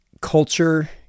culture